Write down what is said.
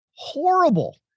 Horrible